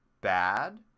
bad